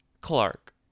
Clark